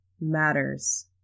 matters